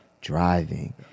driving